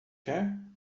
quer